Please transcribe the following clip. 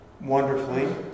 wonderfully